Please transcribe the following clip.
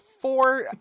four